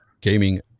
Gaming